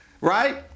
Right